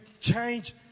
change